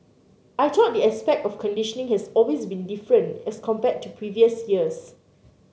I thought the aspect of conditioning has always been different as compared to previous years